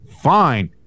Fine